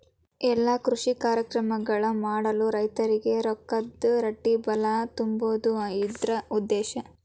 ಎಲ್ಲಾ ಕೃಷಿ ಕಾರ್ಯಕ್ರಮಗಳನ್ನು ಮಾಡಲು ರೈತರಿಗೆ ರೊಕ್ಕದ ರಟ್ಟಿಬಲಾ ತುಂಬುದು ಇದ್ರ ಉದ್ದೇಶ